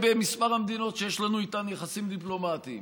מספר המדינות שיש לנו איתן יחסים דיפלומטיים.